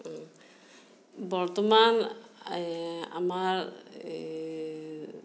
এই বৰ্তমান এই আমাৰ এই